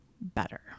better